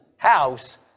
house